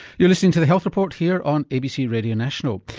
you're listening to the health report here on abc radio national.